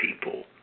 people